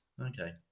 Okay